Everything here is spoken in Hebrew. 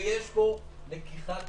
יש פה לקיחת